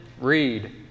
read